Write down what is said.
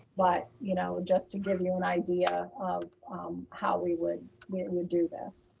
but, you know, just to give you an idea of how we would we would do this.